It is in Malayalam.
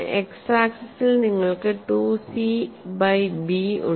എക്സ് ആക്സിസിൽ നിങ്ങൾക്ക് 2 സി ബൈ ബി ഉണ്ട്